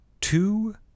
Two